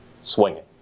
swinging